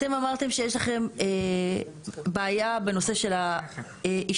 אתם אמרתם שיש לכם בעיה בנושא של אישור.